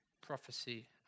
Prophecy